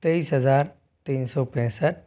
तेईस हज़ार तीन सौ पैंसठ